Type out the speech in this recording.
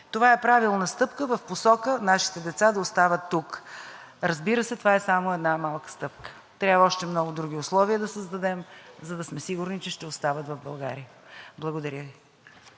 Това е правилна стъпка в посока нашите деца да остават тук. Разбира се, това е само една малка стъпка. Трябва още много други условия да създадем, за да сме сигурни, че ще остават в България. Благодаря.